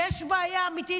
יש בעיה אמיתית.